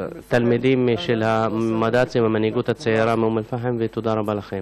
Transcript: לתלמידים של המנהיגות הצעירה מאום אלפחם ותודה רבה לכם.